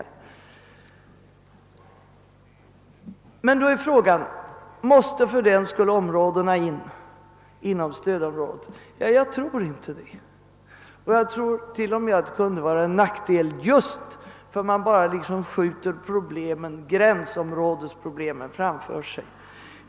Frågan är då om dessa områden fördenskull måste föras in under stödomrTådet. Jag menar att det inte är nödvändigt. Jag tror t.o.m. att det kunde innebära en nackdel, eftersom man därmed bara skjuter gränsområdesproblematiken framför sig.